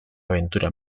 aventura